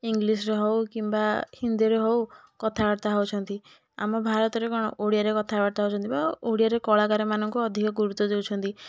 ଇଙ୍ଗଲିସରେ ହେଉ କିମ୍ବା ହିନ୍ଦିରେ ହେଉ କଥାବାର୍ତ୍ତା ହେଉଛନ୍ତି ଆମ ଭାରତରେ କ'ଣ ଓଡ଼ିଆରେ କଥାବାର୍ତ୍ତା ହେଉଛନ୍ତି ବା ଓଡ଼ିଆରେ କଳାକାର ମାନଙ୍କୁ ଅଧିକ ଗୁରୁତ୍ତ୍ୱ ଦେଉଛନ୍ତି